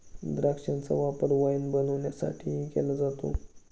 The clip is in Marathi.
द्राक्षांचा वापर वाईन बनवण्यासाठीही केला जातो